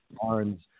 Barnes